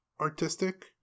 artistic